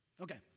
Okay